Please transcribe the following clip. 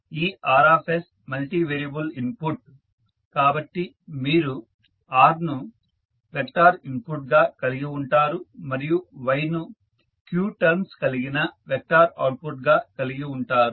ఈ Rs multi variable input కాబట్టి మీరు R ను వెక్టార్ ఇన్పుట్ గా కలిగి ఉంటారు మరియు Yను q టర్మ్స్ కలిగిన వెక్టార్ అవుట్పుట్ గా కలిగి ఉంటారు